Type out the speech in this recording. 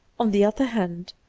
on the other hand,